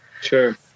Sure